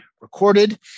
recorded